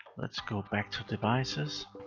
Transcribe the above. let's go back to devices.